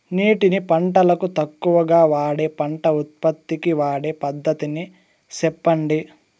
నీటిని పంటలకు తక్కువగా వాడే పంట ఉత్పత్తికి వాడే పద్ధతిని సెప్పండి?